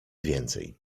więcej